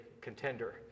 contender